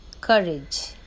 courage